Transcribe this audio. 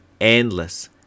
endless